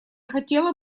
хотела